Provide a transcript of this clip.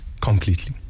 Completely